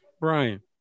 Brian